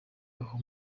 aho